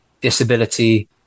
disability